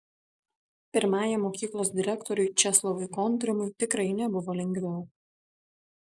pirmajam mokyklos direktoriui česlovui kontrimui tikrai nebuvo lengviau